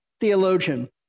theologian